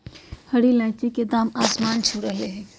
हरी इलायची के दाम आसमान छू रहलय हई